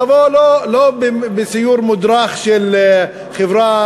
לבוא לא בסיור מודרך של חברה,